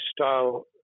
style